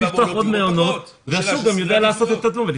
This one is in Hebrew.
האם יהיו יותר ילדים במעונות או פחות זאת שאלה של סדרי עדיפויות.